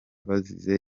bazize